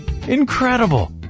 incredible